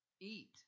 eat